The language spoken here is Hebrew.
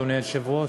אדוני היושב-ראש,